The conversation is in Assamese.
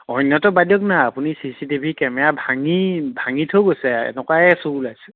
অন্যটো বাদ দিয়ক না আপুনি C C T V camera ভাঙি ভাঙি থৈ গৈছে এনেকুৱায়েইে চুৰ ওলাইছে